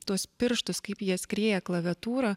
tuos pirštus kaip jie skrieja klaviatūra